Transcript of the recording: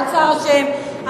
האוצר אשם,